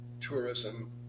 tourism